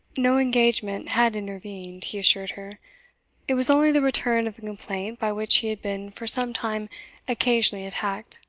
no engagement had intervened, he assured her it was only the return of a complaint by which he had been for some time occasionally attacked.